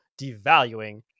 devaluing